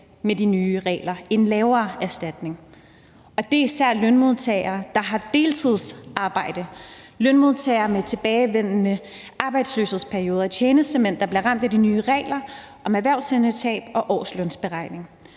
med de nye regler – en lavere erstatning – og det er især lønmodtagere, der har deltidsarbejde, lønmodtagere med tilbagevendende arbejdsløshedsperioder og tjenestemænd, der bliver ramt af de nye regler om erhvervsevnetab og årslønsberegning,